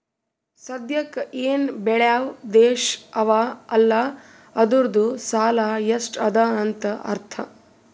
ಸದ್ಯಾಕ್ ಎನ್ ಬೇಳ್ಯವ್ ದೇಶ್ ಅವಾ ಅಲ್ಲ ಅದೂರ್ದು ಸಾಲಾ ಎಷ್ಟ ಅದಾ ಅಂತ್ ಅರ್ಥಾ